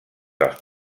els